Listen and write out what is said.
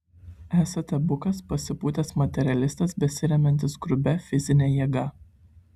esate bukas pasipūtęs materialistas besiremiantis grubia fizine jėga